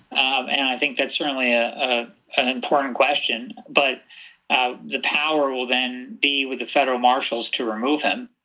um and i think that's certainly an ah ah ah important question. but ah the power will then be with the federal marshals to remove him.